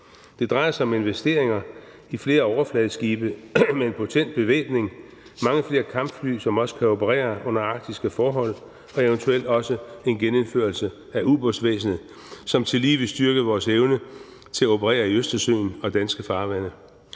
Det drejer sig om investeringer i flere overfladeskibe med en potent bevæbning, mange flere kampfly, som også kan operere under arktiske forhold, og eventuelt også en genindførelse af ubådsvæsenet, som tillige vil styrke vores evne til at operere i Østersøen og i danske farvande.